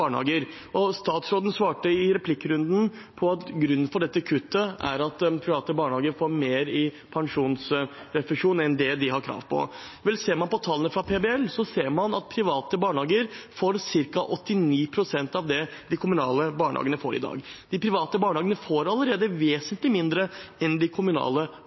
Statsråden svarte i replikkrunden at grunnen til at man foretar dette kuttet, er at private barnehager får mer i pensjonsrefusjon enn de har krav på. Vel, ser man på tallene fra PBL, ser man at private barnehager får ca. 89 pst. av det de kommunale barnehagene får i dag. De private barnehagene får allerede vesentlig mindre enn de kommunale